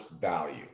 value